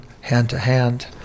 hand-to-hand